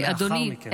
אדוני,